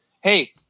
Hey